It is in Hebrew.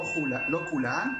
לא כולן,